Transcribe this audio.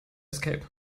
escape